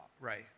right